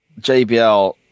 JBL